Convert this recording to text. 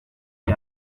que